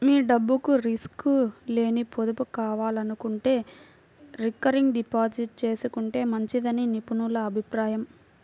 మీ డబ్బుకు రిస్క్ లేని పొదుపు కావాలనుకుంటే రికరింగ్ డిపాజిట్ చేసుకుంటే మంచిదని నిపుణుల అభిప్రాయం